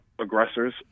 aggressors